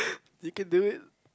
you can do it